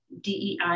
DEI